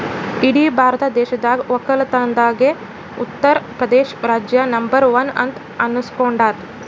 ಇಡೀ ಭಾರತ ದೇಶದಾಗ್ ವಕ್ಕಲತನ್ದಾಗೆ ಉತ್ತರ್ ಪ್ರದೇಶ್ ರಾಜ್ಯ ನಂಬರ್ ಒನ್ ಅಂತ್ ಅನಸ್ಕೊಂಡಾದ್